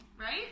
Right